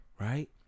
right